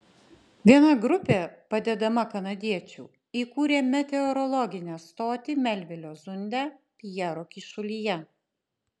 viena grupė padedama kanadiečių įkūrė meteorologinę stotį melvilio zunde pjero kyšulyje